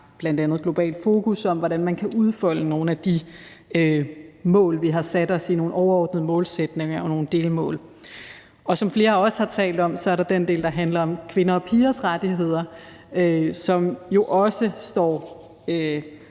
bl.a. Globalt Fokus, om, hvordan man kan udfolde nogle af de mål, vi har sat os i nogle overordnede målsætninger, og nogle delmål. Og som flere også har talt om, er der den del, der handler om kvinders og pigers rettigheder, som jo også står,